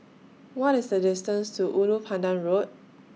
What IS The distance to Ulu Pandan Road